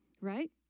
Right